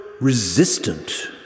resistant